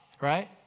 right